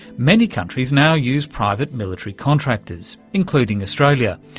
many countries now use private military contractors, including australia,